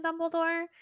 Dumbledore